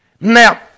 Now